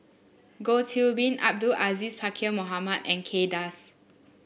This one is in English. Goh Qiu Bin Abdul Aziz Pakkeer Mohamed and Kay Das